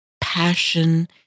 passion